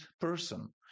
person